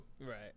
Right